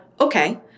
okay